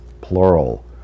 plural